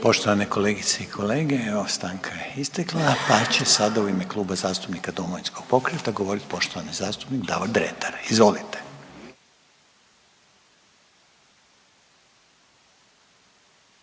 SATI …/Početak nije snimljen./… pa će sada u ime Kluba zastupnika Domovinskog pokreta govorit poštovani zastupnik Davor Dretar. Izvolite.